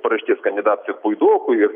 paraštės kandidatais ir puidoku ir